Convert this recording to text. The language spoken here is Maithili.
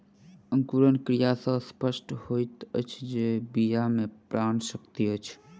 अंकुरण क्रिया सॅ स्पष्ट होइत अछि जे बीया मे प्राण शक्ति अछि